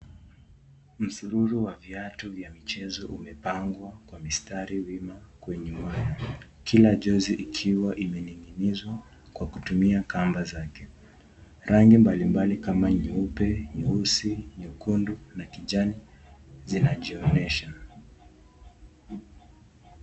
Msururu Wa viatu vya michezo umepangwa Kwa mistari wima kwenye uwanja, Kila jozi ikiwa imeninginizwa Kwa kutumia kamba zake. Rangi mbalimbali kama Nyeupe, Nyeusi, Nyekundu Na Kijani kinajionyesha.